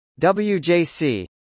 WJC